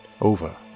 over